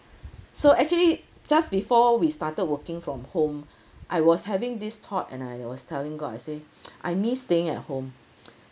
so actually just before we started working from home I was having this thought and I was telling god I say I miss staying at home